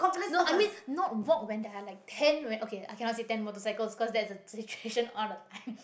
no I mean not walk man then like ten when okay I cannot say ten motorcycles cause there is a situation all the time